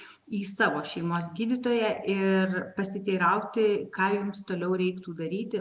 į savo šeimos gydytoją ir pasiteirauti ką jums toliau reiktų daryti